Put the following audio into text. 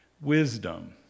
wisdom